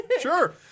sure